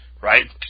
Right